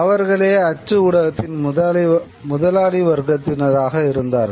அவர்களே அச்சு ஊடகத்தின் முதலாளி வர்க்கத்தினராக இருந்தார்கள்